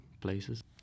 places